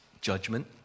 judgment